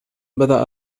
بدأ